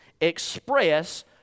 express